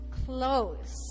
close